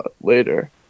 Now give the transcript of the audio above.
later